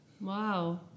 Wow